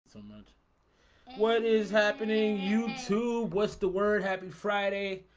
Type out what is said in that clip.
so much what is happening youtube? what's the word? happy friday?